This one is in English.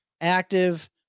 active